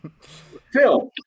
Phil